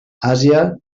àsia